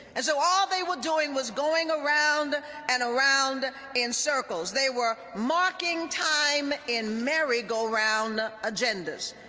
and so all they were doing was going around and around in circles. they were marking time in merry-go-round agendas.